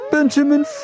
Benjamin